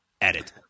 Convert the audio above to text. edit